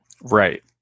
Right